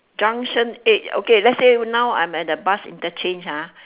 junction-eight okay let's say now I'm at the bus interchange ha